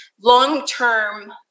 long-term